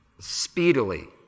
speedily